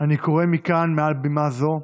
אני קורא מכאן, מעל בימה זו,